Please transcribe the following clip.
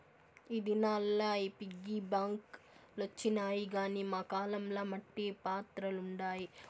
ఈ దినాల్ల ఈ పిగ్గీ బాంక్ లొచ్చినాయి గానీ మా కాలం ల మట్టి పాత్రలుండాయి